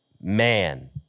Man